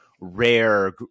rare